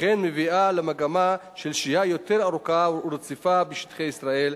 וכן מביאה למגמה של שהייה יותר ארוכה ורציפה בשטחי ישראל,